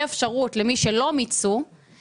בהפגנות של הנכים כמה פעמים,